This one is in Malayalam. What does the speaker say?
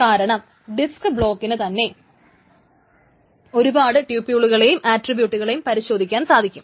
കാരണം ഡിസ്ക് ബ്ലോക്കിന് തന്നെ ഒരുപാട് ട്യൂപുളുകളെയും ആട്രിബ്യൂട്ട്കളെയും പരിശോധിക്കാൻ സാധിക്കും